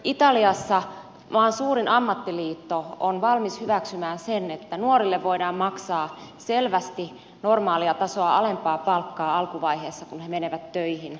italiassa maan suurin ammattiliitto on valmis hyväksymään sen että nuorille voidaan maksaa selvästi normaalia tasoa alempaa palkkaa alkuvaiheessa kun he menevät töihin